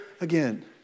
again